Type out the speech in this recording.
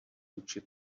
vůči